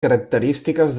característiques